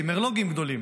מרלו"גים גדולים.